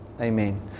amen